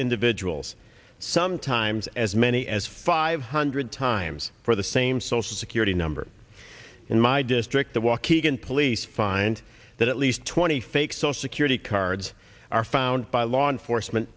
individuals sometimes as many as five hundred times names for the same social security number in my district the waukegan police find that at least twenty fake social security cards are found by law enforcement